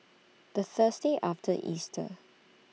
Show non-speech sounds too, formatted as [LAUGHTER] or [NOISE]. [NOISE] The Thursday after Easter